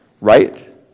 right